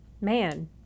Man